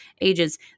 ages